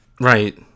Right